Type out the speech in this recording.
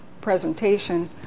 presentation